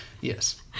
Yes